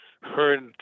heard